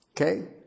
Okay